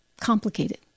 complicated